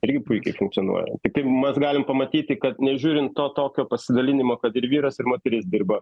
irgi puikiai funkcionuoja tai kaip mes galim pamatyti kad nežiūrint to tokio pasidalinimo kad ir vyras ir moteris dirba